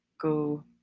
go